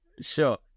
Sure